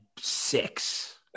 six